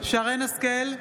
שרן מרים השכל,